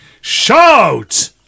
shout